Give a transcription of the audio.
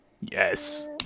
Yes